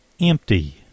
Empty